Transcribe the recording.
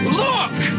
look